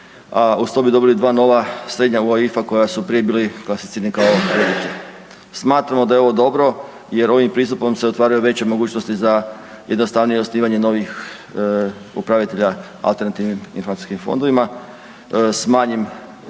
uz to bi dobili dva nova UAIFA koja su prije bili klasificirani kao …/Govornik se ne razumije./… Smatramo da je ovo dobro jer ovim pristupom se otvaraju veće mogućnosti za jednostavnije osnivanje novih upravitelja alternativnim investicijskim fondovima s manjim regulatornim